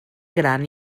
gran